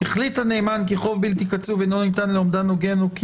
"החליט הנאמן כי חוב בלתי קצוב אינו ניתן לאומדן הוגן או כי